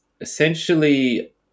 essentially